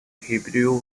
hebrew